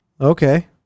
Okay